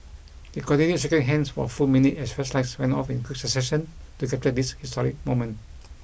they continued shaking hands for a full minute as flashlights went off in quick succession to capture this historic moment